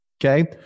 Okay